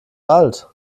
alt